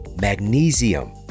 magnesium